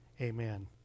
amen